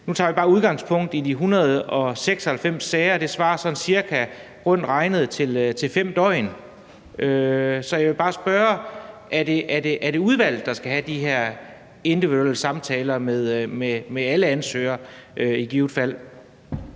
Nu tager jeg bare udgangspunkt i de 196 sager. Det svarer sådan cirka til 5 døgn. Så jeg vil bare spørge: Er det udvalget, der i givet fald skal tage de her individuelle samtaler med alle ansøgere? Kl.